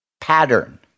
pattern